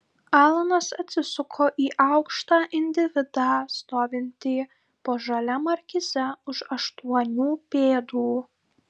alanas atsisuko į aukštą individą stovintį po žalia markize už aštuonių pėdų